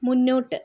മുന്നോട്ട്